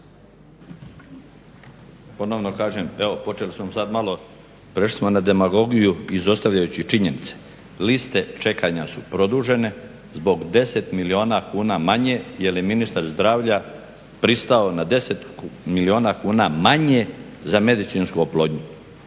Ponovno kažem, evo počeli smo sad malo, prešli smo na demagogiju izostavljajući činjenice. Liste čekanja su produžene zbog 10 milijuna kuna manje jer je ministar zdravlja pristao na 10 milijuna kuna manje za medicinsku oplodnju,